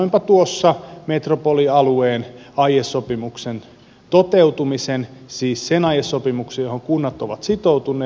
katsoinpa tuossa metropolialueen aiesopimuksen toteutumisen siis sen aiesopimuksen johon kunnat ovat sitoutuneet